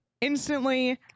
instantly